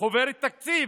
חוברת תקציב,